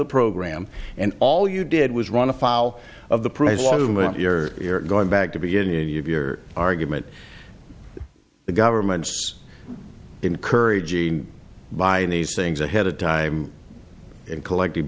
the program and all you did was run afoul of the price argument you're going back to begin any of your argument the government's encouraging buying these things ahead of time and collecting